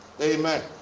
Amen